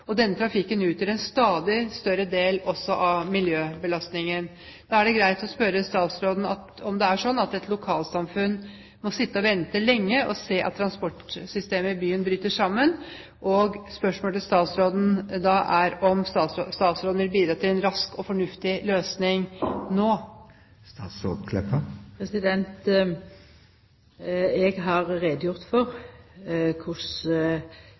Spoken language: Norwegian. og denne trafikken utgjør også en stadig større del av miljøbelastningen. Da er det greit å spørre statsråden om det er sånn at et lokalsamfunn må sitte og vente lenge og se på at transportsystemet i byen bryter sammen. Spørsmålet til statsråden er om statsråden vil bidra til en rask og fornuftig løsning nå. Eg har gjort greie for